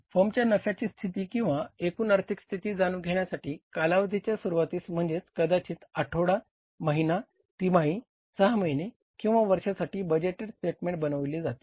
फर्मच्या नफ्याची स्थिती किंवा एकूण आर्थिक स्थिती जाणून घेण्यासाठी कालावधीच्या सुरूवातीस म्हणजेच कदाचित आठवडा महिना तिमाही सहा महिने किंवा वर्षासाठी बजेटेड स्टेटमेंट बनविले जाते